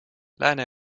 lääne